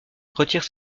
retire